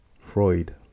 Freud